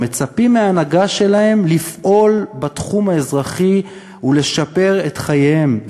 מצפים מההנהגה שלהם לפעול בתחום האזרחי ולשפר את חייהם,